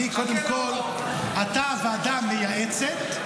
אתה הוועדה המייעצת,